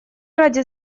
ради